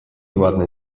ładne